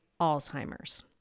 Alzheimer's